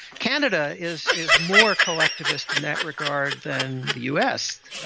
canada is is more collectivist in that regard than the us.